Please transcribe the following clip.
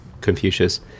Confucius